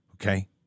Okay